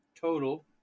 total